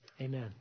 amen